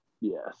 Yes